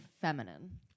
feminine